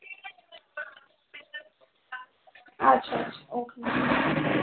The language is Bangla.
আচ্ছা আচ্ছা ওকে